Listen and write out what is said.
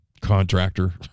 contractor